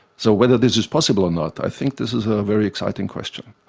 so whether this is possible or not, i think this is a very exciting question.